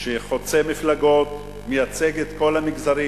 שחוצה מפלגות, מייצג את כל המגזרים,